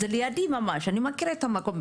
זה לידי ממש אני מכירה את המקום,